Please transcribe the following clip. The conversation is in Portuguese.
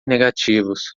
negativos